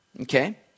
Okay